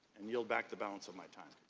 and yield back the balance of my time.